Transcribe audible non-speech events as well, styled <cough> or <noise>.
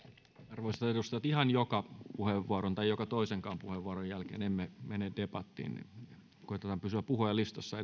arvoisat edustajat ihan joka puheenvuoron tai joka toisenkaan puheenvuoron jälkeen emme mene debattiin koetetaan pysyä puhujalistassa <unintelligible>